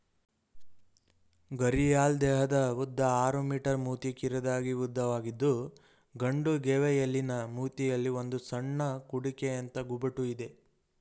ಘರಿಯಾಲ್ ದೇಹದ ಉದ್ದ ಆರು ಮೀ ಮೂತಿ ಕಿರಿದಾಗಿ ಉದ್ದವಾಗಿದ್ದು ಗಂಡು ಗೇವಿಯಲಿನ ಮೂತಿಯಲ್ಲಿ ಒಂದು ಸಣ್ಣ ಕುಡಿಕೆಯಂಥ ಗುಬುಟು ಇದೆ